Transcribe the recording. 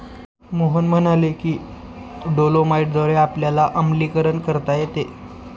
मोहन म्हणाले की डोलोमाईटद्वारे आपल्याला आम्लीकरण करता येते